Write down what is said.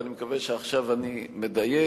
ואני מקווה שעכשיו אני מדייק,